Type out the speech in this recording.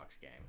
game